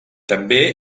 també